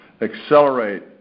accelerate